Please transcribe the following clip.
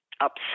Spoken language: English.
upset